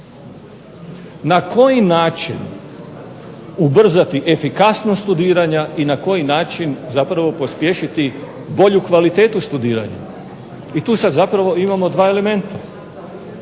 na koji način ubrzati efikasnost studiranja i na koji način zapravo pospješiti bolju kvalitetu studiranja, i tu sad zapravo imamo dva elementa